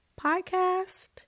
Podcast